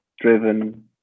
driven